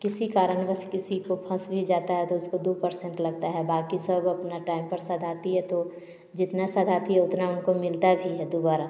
किसी कारणवश किसी को फँस भी जाता है तो उसको दो पर्सेन्ट लगता है बाकि सब अपना टाइम पर सधाती है तो जितना सधाती है उतना उनको मिलता भी है दोबारा